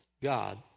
God